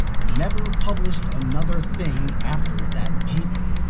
he never published another thing after that paper.